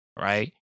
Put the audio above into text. Right